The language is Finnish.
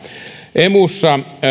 emussa